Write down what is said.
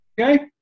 okay